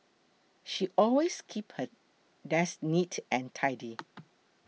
she always keeps her desk neat and tidy